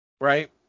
Right